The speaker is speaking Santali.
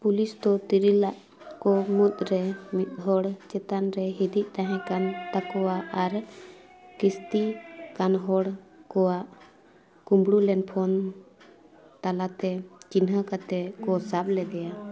ᱯᱩᱞᱤᱥ ᱫᱚ ᱛᱤᱨᱞᱟᱹ ᱠᱚ ᱢᱩᱫᱽᱨᱮ ᱢᱤᱫ ᱦᱚᱲ ᱪᱮᱛᱟᱱ ᱨᱮ ᱦᱤᱫᱤᱡ ᱛᱟᱦᱮᱸ ᱠᱟᱱ ᱛᱟᱠᱚᱣᱟ ᱟᱨ ᱠᱤᱥᱛᱤᱠᱟᱱ ᱦᱚᱲ ᱠᱚᱣᱟᱜ ᱠᱩᱢᱲᱩ ᱞᱮᱱ ᱯᱷᱳᱱ ᱛᱟᱞᱟᱛᱮ ᱪᱤᱱᱦᱟᱹ ᱠᱟᱛᱮᱫ ᱠᱚ ᱥᱟᱵ ᱞᱮᱫᱮᱭᱟ